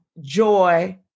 joy